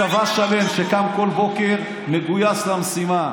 יש צבא שלם שקם כל בוקר מגויס למשימה.